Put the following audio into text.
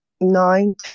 nine